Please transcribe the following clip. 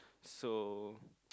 so